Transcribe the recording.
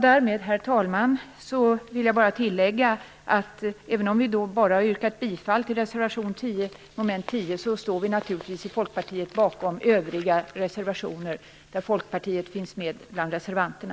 Därmed, herr talman, vill jag bara tillägga att även om vi bara yrkar bifall till reservation 10 under mom. 10 står vi i Folkpartiet naturligtvis bakom övriga reservationer där Folkpartiet finns med bland reservanterna.